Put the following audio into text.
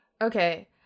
okay